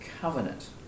Covenant